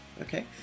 Okay